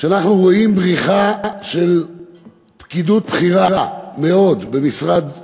כשאנחנו רואים בריחה של פקידות בכירה מאוד במשרד האוצר,